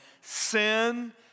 sin